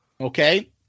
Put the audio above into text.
Okay